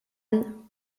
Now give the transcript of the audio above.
brian